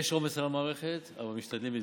יש עומס על המערכת, אבל משתדלים להתגבר.